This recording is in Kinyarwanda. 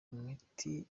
imiti